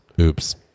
Oops